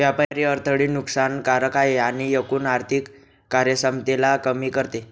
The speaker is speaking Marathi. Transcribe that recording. व्यापारी अडथळे नुकसान कारक आहे आणि एकूण आर्थिक कार्यक्षमतेला कमी करते